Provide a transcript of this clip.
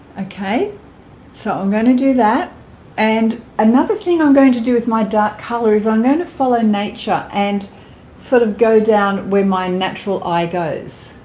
okay so i'm going to do that and another thing i'm going to do with my dark color is i'm gonna follow nature and sort of go down where my natural eye goes